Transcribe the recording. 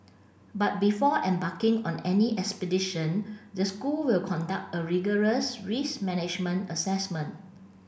but before embarking on any expedition the school will conduct a rigorous risk management assessment